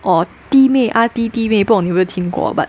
or 滴妹阿滴滴妹不懂你有没有听过 but